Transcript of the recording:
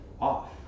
off